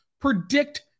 predict